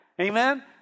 Amen